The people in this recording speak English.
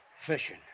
Fishing